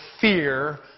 fear